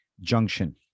junction